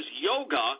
yoga